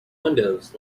windows